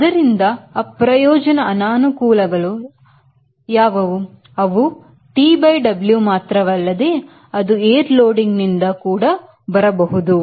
ಅದರಿಂದ ಅಪ್ರಯೋಜನ ಅನಾನುಕೂಲಗಳು ಅವು TW ಮಾತ್ರವಲ್ಲದೆ ಅದು air loading ನಿಂದ ಬರಬಹುದು